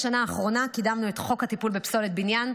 בשנה האחרונה קידמנו את חוק הטיפול בפסולת בניין,